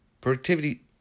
Productivity